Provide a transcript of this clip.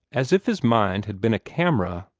as if his mind had been a camera,